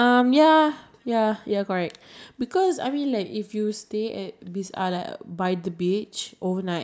okay I feel like in east coast or in uh like beside the beach the